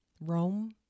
Rome